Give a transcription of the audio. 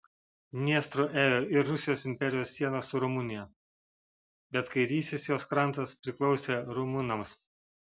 dniestru ėjo ir rusijos imperijos siena su rumunija bet kairysis jos krantas priklausė rumunams